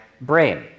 brain